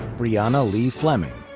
briana leigh fleming.